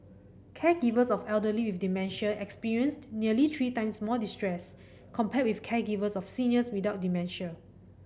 caregivers of elderly with dementia experienced nearly three times more distress compared with caregivers of seniors without dementia